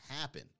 happen